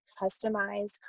customize